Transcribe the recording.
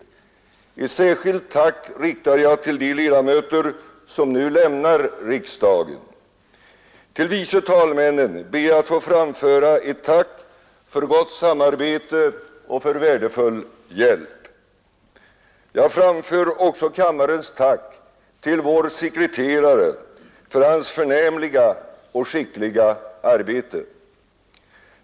Ett särskilt tack riktar jag till de ledamöter som nu lämnar riksdagen. Till vice talmännen ber jag att få framföra ett tack för gott samarbete och värdefull hjälp. Jag framför också kammarens tack till vår sekreterare för hans förnämliga och skickliga arbete.